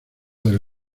del